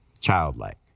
Childlike